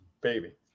Baby